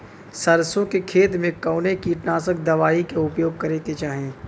सरसों के खेत में कवने कीटनाशक दवाई क उपयोग करे के चाही?